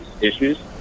issues